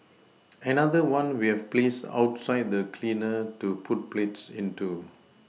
another one we have placed outside for the cleaner to put plates into